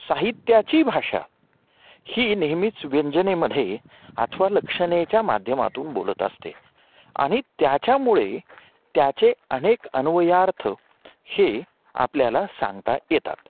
साहित्याची भाषा ही नेहमीच व्यंजनेमध्ये अथवा लक्षणेच्या माध्यमातून बोलत असते आणि त्याच्यामुळे त्याचे अनेक अन्वयार्थ हे आपल्याला सांगता येतात